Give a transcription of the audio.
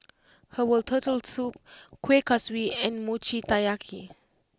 Herbal Turtle Soup Kueh Kaswi and Mochi Taiyaki